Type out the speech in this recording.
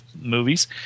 movies